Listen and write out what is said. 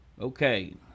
Okay